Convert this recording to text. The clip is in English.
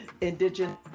Indigenous